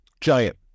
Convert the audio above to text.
Giant